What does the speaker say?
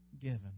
given